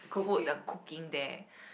food the cooking there